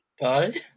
bye